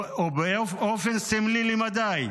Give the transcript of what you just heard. באופן סמלי למדי,